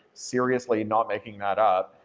seriously, not making that up.